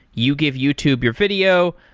you give youtube your video.